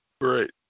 great